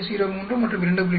03 மற்றும் 2